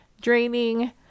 draining